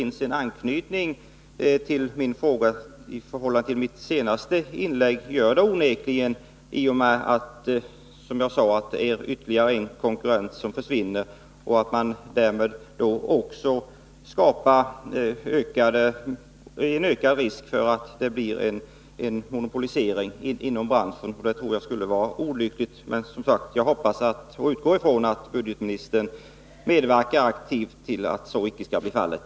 I mitt senaste inlägg påpekade jag att i och med att ytterligare en konkurrent försvinner ökar risken för en monopolisering inom branschen. Detta tror jag skulle vara olyckligt, men jag utgår från att budgetministern medverkar till att så icke blir fallet.